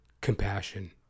compassion